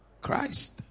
Christ